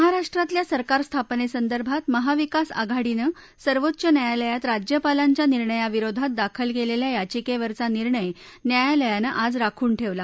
महाराष्ट्रातल्या सरकार स्थापनेसंदर्भात महाविकास आघाडीनं सर्वोच्च न्यायालयात राज्यपालांच्या निर्णयाविरोधात दाखल केलेल्या याचिकेवरचा निर्णय न्यायालयानं आज राखून ठेवला